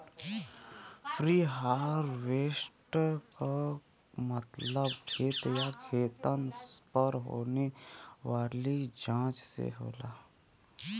preharvest क मतलब खेत या खेतन पर होने वाली जांच से होला